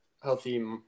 healthy